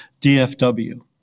DFW